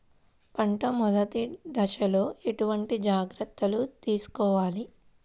పంట మెదటి దశలో ఎటువంటి జాగ్రత్తలు తీసుకోవాలి?